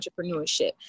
entrepreneurship